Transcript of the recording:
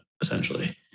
essentially